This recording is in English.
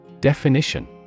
Definition